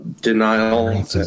denial